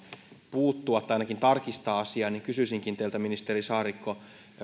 puuttua tai ainakin tarkistaa asia joten kysyisinkin teiltä ministeri saarikko